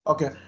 Okay